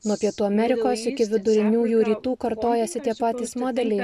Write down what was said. nuo pietų amerikos iki viduriniųjų rytų kartojasi tie patys modeliai